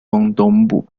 东部